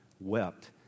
wept